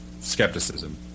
skepticism